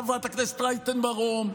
חברת הכנסת רייטן מרום,